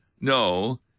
No